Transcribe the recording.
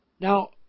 Now